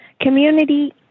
Community